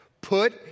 Put